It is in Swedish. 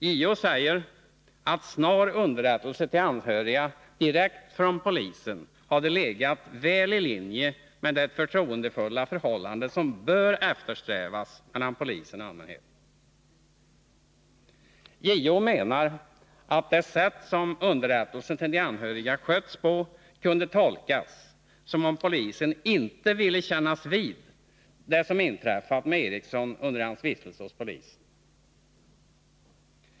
JO säger att snar underrättelse till anhöriga direkt från polisen hade legat väl i linje med det förtroendefulla förhållande som bör eftersträvas mellan polisen och allmänheten. JO menar att det sätt som underrättelsen till anhöriga sköttes på kunde tolkas som om polisen inte ville kännas vid det som inträffat med Eriksson under hans vistelse hos polisen.